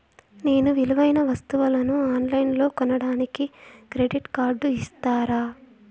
నేను విలువైన వస్తువులను ఆన్ లైన్లో కొనడానికి క్రెడిట్ కార్డు ఇస్తారా?